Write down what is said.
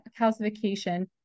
calcification